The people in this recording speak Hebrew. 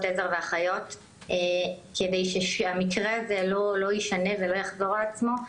עזר ולאחיות כדי שהמקרה הזה לא יחזור על עצמו.